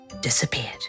disappeared